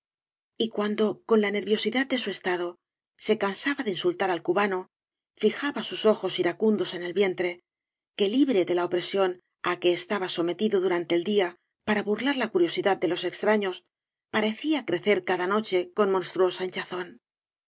y cuando con la nerviosidad de su estado se cansaba de insultar al cubano fijaba sus ojos iracundos en el vientre que libre de la opresión á que estaba sometido durante el día para burlar la curiosidad de los extraños parecía crecer cada noche con monstruosa hinchazón